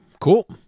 cool